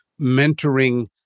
mentoring